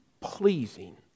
pleasing